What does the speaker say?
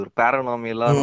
paranormal